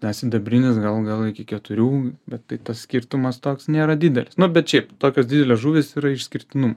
na sidabrinis gal gal iki keturių bet tai tas skirtumas toks nėra didelis nu bet šiaip tokios didelės žuvys yra išskirtinumų